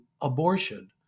abortion